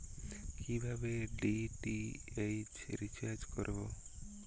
কিভাবে DTH recharge করব?